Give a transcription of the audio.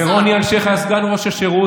ורוני אלשיך היה סגן ראש השירות,